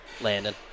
Landon